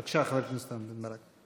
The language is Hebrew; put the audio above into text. בבקשה, חבר הכנסת רם בן-ברק.